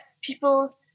people